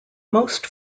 most